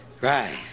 Right